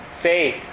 faith